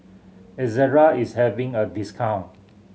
Ezerra is having a discount